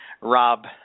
Rob